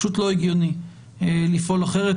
לא הגיוני לפעול אחרת.